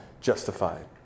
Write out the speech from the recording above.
justified